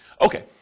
Okay